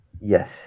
Yes